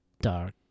dark